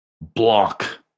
block